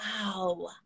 wow